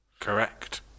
correct